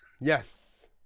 yes